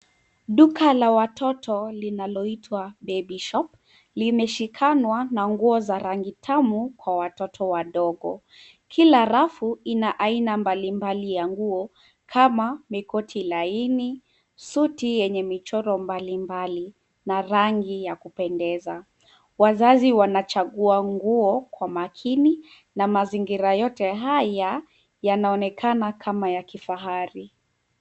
Duka la watoto linaloitwa Baby Shop limeshikanwa na nguo za rangi tamu kwa watoto wadogo. Kila rafu ina aina mbalimbali ya nguo kama mikoti laini, suti yenye michoro mbalimbali na rangi ya kupendeza. Wazazi wanachagua nguo kwa makini na mazingira yote haya yanaonekana kama ya kifahari.